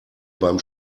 beim